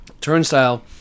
Turnstile